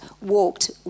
walked